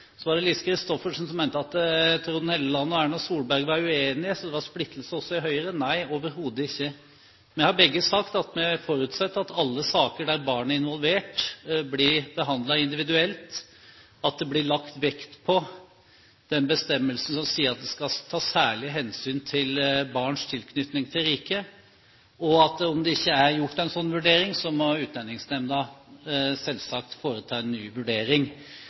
Så var det Lise Christoffersen som mente at Trond Helleland og Erna Solberg var uenige, så det var splittelse også i Høyre. Nei, overhodet ikke, vi har begge sagt at vi forutsetter at alle saker der barn er involvert, blir behandlet individuelt, at det blir lagt vekt på den bestemmelsen som sier at det skal tas særlig hensyn til barns tilknytning til riket, og hvis det ikke er gjort en slik vurdering, må Utlendingsnemnda selvsagt foreta en ny vurdering.